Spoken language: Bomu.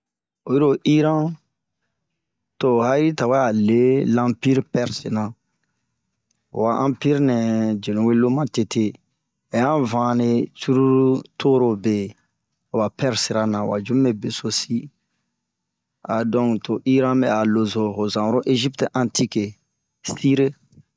Oyilo Iran to o ha'iritawɛa lii lampire pɛrse na, ho ammpire nɛ yenu wo loo matete. Ɛrehan vanre cururu torobe awa pɛrse ra na wa yumu be besosi, ahdonke to iran bɛ a loso ho zanbara oro Egipti antiki sire.